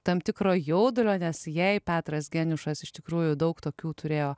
tam tikro jaudulio nes jei petras geniušas iš tikrųjų daug tokių turėjo